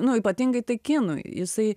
nu ypatingai tai kinui jisai